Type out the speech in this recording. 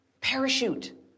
parachute